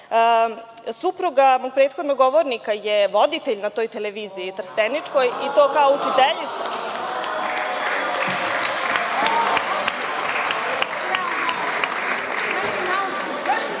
supruga mog prethodnog govornika je voditelj na toj televiziji trsteničkoj i to kao učiteljica.